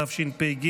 התשפ"ג